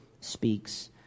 speaks